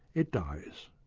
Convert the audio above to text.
it dies.